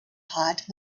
hot